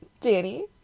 Danny